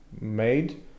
made